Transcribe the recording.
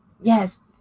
Yes